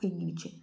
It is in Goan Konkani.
पैंगिणीचें